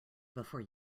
before